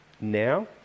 now